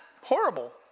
horrible